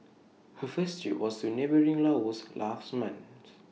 her first trip was to neighbouring Laos last month